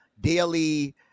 daily